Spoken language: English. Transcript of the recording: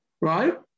right